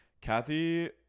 Kathy